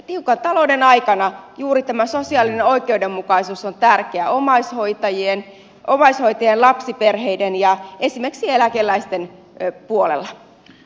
tiukan talouden aikana juuri tämä sosiaalinen oikeudenmukaisuus on tärkeä omaishoitajien lapsiperheiden ja esimerkiksi eläkeläisten puolella